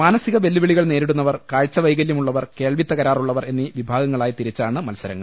മാനസിക വെല്ലുവിളികൾ നേരിടുന്നവർ കാഴ്ച വൈകല്യം ഉള്ളവർ കേൾവി ത്തകരാറുള്ളവർ എന്നീ വിഭാഗങ്ങളായി തിരിച്ചാണ് മത്സരങ്ങൾ